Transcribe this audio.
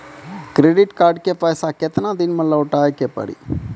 Credit card के पैसा केतना दिन मे लौटाए के पड़ी?